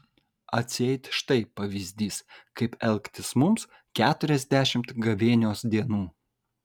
atseit štai pavyzdys kaip elgtis mums keturiasdešimt gavėnios dienų